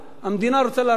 המדינה רוצה להרוויח.